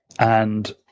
and